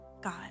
God